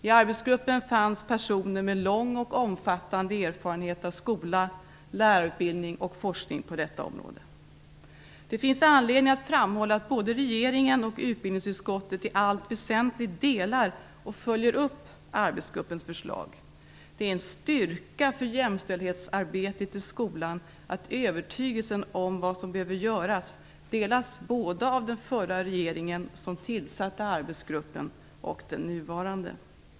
I arbetsgruppen fanns personer med lång och omfattande erfarenhet av skola, lärarutbildning och forskning på detta område. Det finns anledning att framhålla att både regeringen och utbildningsutskottet i allt väsentligt delar och följer upp arbetsgruppens förslag. Det är en styrka för jämställdhetsarbetet i skolan att övertygelsen om vad som behöver göras delas av både den förra regeringen, som tillsatte arbetsgruppen, och den nuvarande.